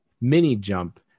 mini-jump